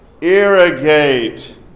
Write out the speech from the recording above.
Irrigate